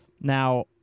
Now